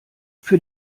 für